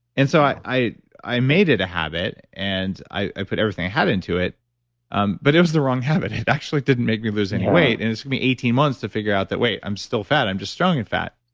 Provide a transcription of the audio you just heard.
and so i i made it a habit and i put everything i had into it um but it was the wrong habit. it actually didn't make me lose any weight. and it took me eighteen months to figure out that, wait, i'm still fat. i'm just strong and fat.